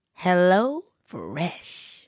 HelloFresh